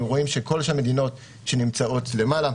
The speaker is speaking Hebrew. אנחנו רואים שכל המדינות שנמצאות למעלה,